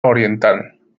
oriental